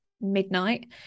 midnight